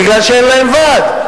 כי אין להם ועד,